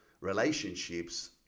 relationships